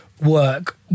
work